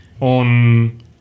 on